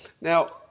Now